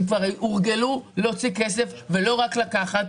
כבר הורגלו להוציא כסף ולא רק לקחת,